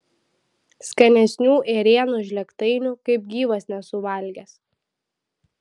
skanesnių ėrienos žlėgtainių kaip gyvas nesu valgęs